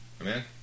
Amen